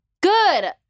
Good